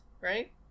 Right